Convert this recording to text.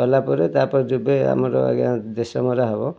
କଲା ପରେ ତାପରେ ଯେବେ ଆମର ଆଜ୍ଞା ଦେଶ ମରା ହେବ